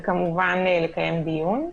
וכמובן לקיים דיון.